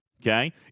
okay